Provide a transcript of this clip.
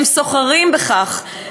הם סוחרים בכך,